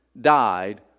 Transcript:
died